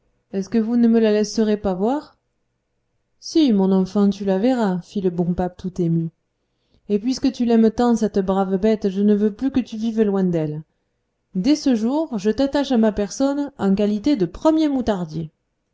est-ce que vous ne me la laisserez pas voir si mon enfant tu la verras fit le bon pape tout ému et puisque tu l'aimes tant cette brave bête je ne veux plus que tu vives loin d'elle dès ce jour je t'attache à ma personne en qualité de premier moutardier